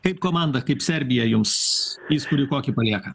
kaip komanda kaip serbija jums įspūdį kokį palieka